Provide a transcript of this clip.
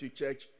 church